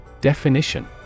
Definition